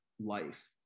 life